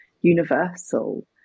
universal